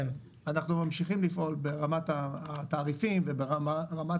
אנחנו ממשיכים לפעול ברמת התעריפים וברמת